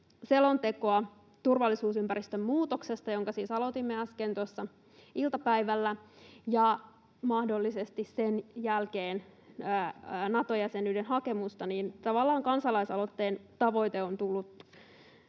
selontekoa turvallisuusympäristön muutoksesta, jonka siis aloitimme äsken tuossa iltapäivällä, ja mahdollisesti sen jälkeen Nato-jäsenyyden hakemusta, on tavallaan tullut